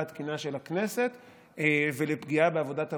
התקינה של הכנסת ולפגיעה בעבודת הוועדות.